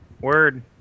Word